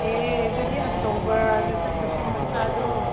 ꯑꯦ ꯑꯗꯨꯗꯤ ꯑꯆꯧꯕꯗꯨ ꯆꯠꯇ꯭ꯔꯁꯨ ꯃꯆꯥꯗꯣ